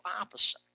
opposite